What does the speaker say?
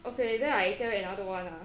okay then I tell you another one ah